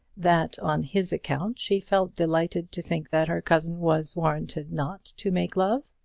that on his account she felt delighted to think that her cousin was warranted not to make love?